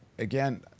Again